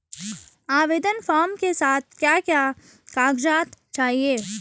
आवेदन फार्म के साथ और क्या क्या कागज़ात चाहिए?